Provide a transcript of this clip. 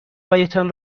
هایتان